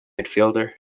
midfielder